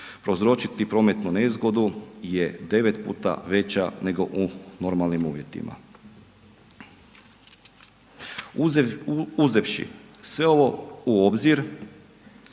prouzročiti prometnu nezgodu je 9 puta veća nego u normalnim uvjetima. Uzevši sve ovo u obzir,